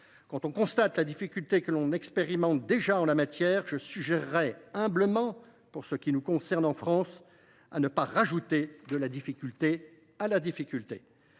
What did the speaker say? Au vu de la difficulté que nous subissons déjà en la matière, je suggère humblement, pour ce qui nous concerne, en France, de ne pas ajouter de la difficulté à la difficulté.